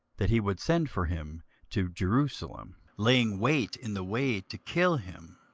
that he would send for him to jerusalem, laying wait in the way to kill him.